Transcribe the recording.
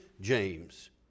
James